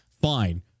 fine